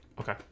Okay